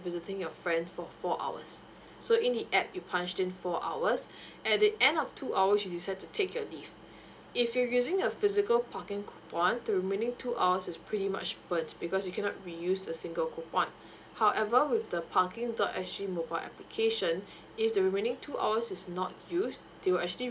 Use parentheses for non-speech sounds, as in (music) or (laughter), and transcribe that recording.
visiting your friends for four hours so in the app you punched in four hours (breath) at the end of two hours you decide to take your leave if you using a physical parking coupon the remaining two hours is pretty much burn because you cannot re use the single coupon (breath) however with the parking dot S G mobile application (breath) if the remaining two hours is not use they will actually